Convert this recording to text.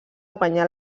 guanyà